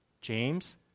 James